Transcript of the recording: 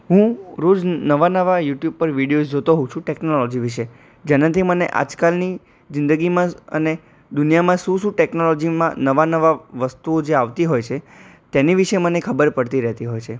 હું રોજ નવા નવા યુટ્યુબ પર વિડિયોઝ જોતો હોઉં છું ટેકનોલોજી વિશે જેનાથી મને આજ કાલની જીંદગીમાં અને દુનિયામાં શું શું ટેકનોલોજીમાં નવા નવા વસ્તુઓ જે આવતી હોય છે તેની વિશે મને ખબર પડતી રહેતી હોય છે